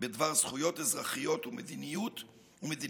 בדבר זכויות אזרחיות ומדיניות,